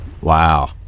Wow